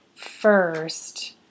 first